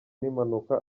n’impanuka